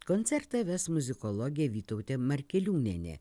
koncertą ves muzikologė vytautė markeliūnienė